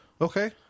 Okay